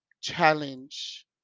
Challenge